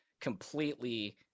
completely